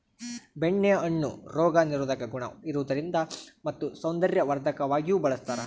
ಬೆಣ್ಣೆ ಹಣ್ಣು ರೋಗ ನಿರೋಧಕ ಗುಣ ಇರುವುದರಿಂದ ಮತ್ತು ಸೌಂದರ್ಯವರ್ಧಕವಾಗಿಯೂ ಬಳಸ್ತಾರ